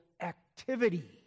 activity